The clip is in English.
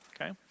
Okay